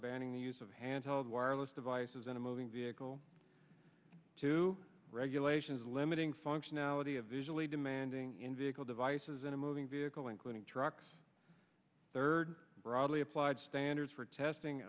banning the use of handheld wireless devices in a moving vehicle to regulations limiting functionality of visually demanding in vehicle devices in a moving vehicle including trucks third broadly applied standards for testing